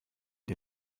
dir